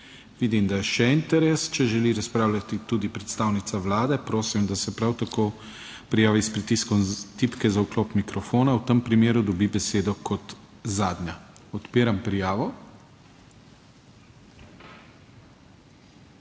Vidim, da je še interes. Če želi razpravljati tudi predstavnica Vlade, prosim, da se prav tako prijavi s pritiskom tipke za vklop mikrofona; v tem primeru dobi besedo kot zadnja. Odpiram prijavo.